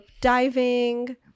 diving